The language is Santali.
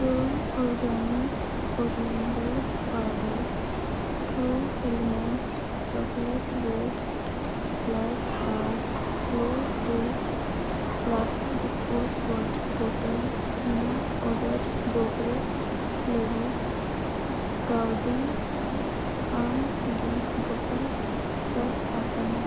turn organic coriander powder true elements chocolate white flakes ᱟᱨ ᱯᱷᱞᱚ ᱯᱨᱩᱠ ᱯᱞᱟᱥᱴᱤᱠ ᱥᱯᱳᱨᱴ ᱚᱣᱟᱴᱟᱨ ᱵᱚᱴᱚᱞ ᱤᱧᱟᱹᱜ ᱚᱰᱟᱨ ᱫᱚᱦᱚ ᱞᱟᱹᱜᱤᱫ ᱠᱟᱹᱣᱰᱤ ᱟᱢᱜᱮ ᱜᱚᱴᱟ ᱩᱛᱟᱹᱨ ᱟᱠᱟᱱᱟ